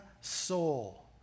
soul